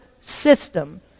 system